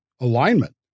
alignment